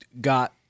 got